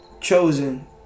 chosen